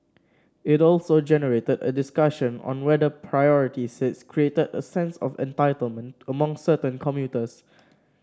it also generated a discussion on whether priority seats created a sense of entitlement among certain commuters